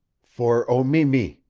for o-mi-mi,